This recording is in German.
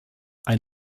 ein